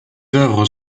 œuvres